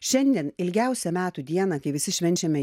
šiandien ilgiausia metų dieną kai visi švenčiame